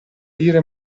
dire